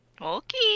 Okay